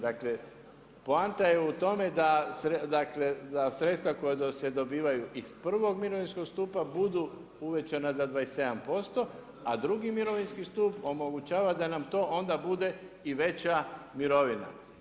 Dakle, poanta je u tome, dakle da sredstva koja se dobivaju iz prvog mirovinskog stupa budu uvećana za 27%, a drugi mirovinski stup omogućava da nam to onda bude i veća mirovina.